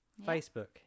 Facebook